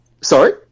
Sorry